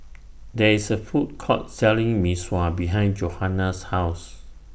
There IS A Food Court Selling Mee Sua behind Johana's House